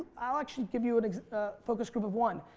i'll actually give you a focus group of one.